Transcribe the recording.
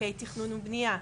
תכנון ובניה.